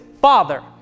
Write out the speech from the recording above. father